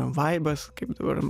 vaibas kaip dabar